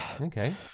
okay